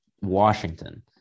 Washington